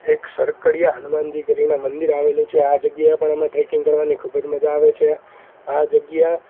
એક શરકડીયા હનુમાનજી કરીને મંદિર આવેલું છે આ જગ્યાએ પણ એમાં ટ્રેકિંગ કરવાની ખૂબ જ મજા આવે છે આ જગ્યા